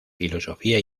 filosofía